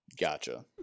gotcha